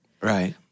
Right